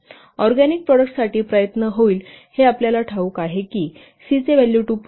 organic product साठी प्रयत्न होईल हे आपल्याला ठाऊक आहे की c चे व्हॅल्यू 2